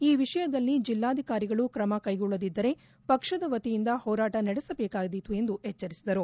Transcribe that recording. ಈ ವಿಷಯದಲ್ಲಿ ಜಿಲ್ಲಾಧಿಕಾರಿಗಳು ತ್ರಮ ಕೈಗೊಳ್ಳದಿದ್ದರೆ ಪಕ್ಷದ ವತಿಯಿಂದ ಹೋರಾಟ ನಡೆಸಬೇಕಾದೀತು ಎಂದು ಎಚ್ಚರಿಸಿದರು